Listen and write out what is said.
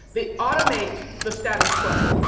they automate the status quo.